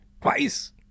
twice